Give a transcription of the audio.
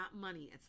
money